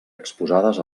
exposades